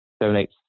donate